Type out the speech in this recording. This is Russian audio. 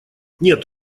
нет